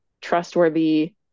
trustworthy